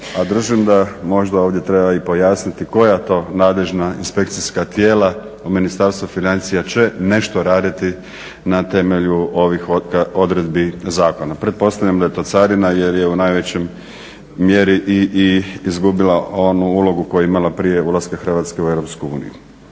a držim da možda ovdje treba pojasniti koja to nadležna inspekcijska tijela u Ministarstvu financija će nešto raditi na temelju ovih odredbi zakona. pretpostavljam da je to Carina jer je u najvećoj mjeri izgubila onu ulogu koju je imala prije ulaska Hrvatske u EU. Sada ono